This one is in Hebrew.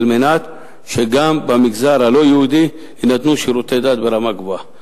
על מנת שגם במגזר הלא-יהודי יינתנו שירותי דת ברמה גבוהה.